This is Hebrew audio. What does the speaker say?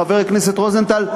חבר הכנסת רוזנטל.